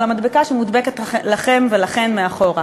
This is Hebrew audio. על המדבקה שמודבקת לכם ולכן מאחור.